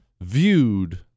viewed